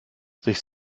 sich